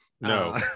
No